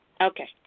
Okay